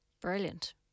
Brilliant